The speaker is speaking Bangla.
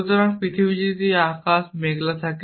সুতরাং পৃথিবী যদি আকাশ মেঘলা থাকে